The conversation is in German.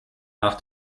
nach